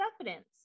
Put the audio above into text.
evidence